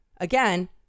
Again